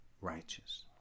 righteous